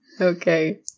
okay